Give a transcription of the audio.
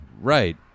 right